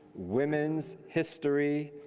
women's history,